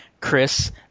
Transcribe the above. Chris